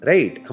Right